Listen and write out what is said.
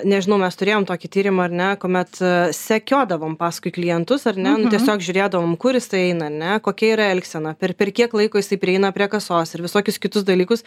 nežinau mes turėjom tokį tyrimą ar ne kuomet sekiodavom paskui klientus ar ne nu tiesiog žiūrėdavom kur jisai eina ane kokia yra elgsena per per kiek laiko jisai prieina prie kasos ir visokius kitus dalykus